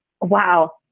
wow